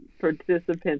participants